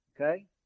Okay